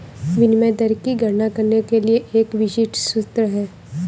विनिमय दर की गणना करने के लिए एक विशिष्ट सूत्र है